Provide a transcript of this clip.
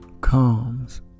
comes